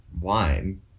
wine